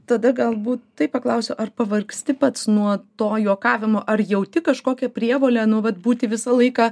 tada galbūt taip paklausiu ar pavargsti pats nuo to juokavimo ar jauti kažkokią prievolę nu vat būti visą laiką